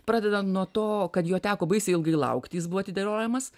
pradedant nuo to kad jo teko baisiai ilgai laukti jis buvo atidėliojamas